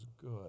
good